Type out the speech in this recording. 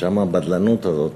שם הבדלנות הזאת,